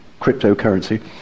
cryptocurrency